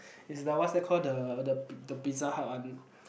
it's the what's that called the the Pizza Hut one